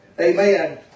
Amen